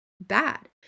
bad